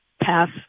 pass